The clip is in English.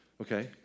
okay